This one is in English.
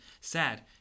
sad